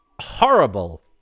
horrible